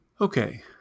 Okay